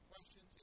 questions